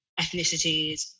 ethnicities